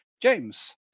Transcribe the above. James